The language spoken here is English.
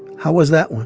how was that one?